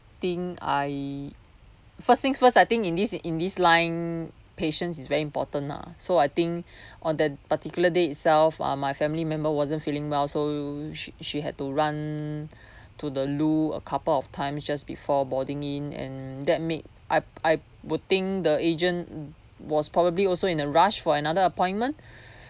think I first things first I think in this in this line patience is very important lah so I think on that particular day itself uh my family member wasn't feeling well so she she had to run to the loo a couple of times just before boarding in and that made I I would think the agent was probably also in a rush for another appointment